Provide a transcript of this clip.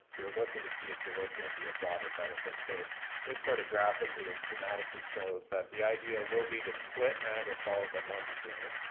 we were looking to see if there was going to be a broader benefit. so this sort of graphically and schematically shows that the idea will be to split niagara falls at lundy's lane.